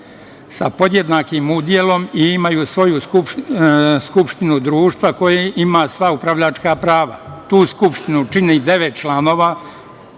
sa podjednakim udelom i imaju svoju skupštinu društva koja ima sva upravljačka prava. Tu skupštinu čini devet članova,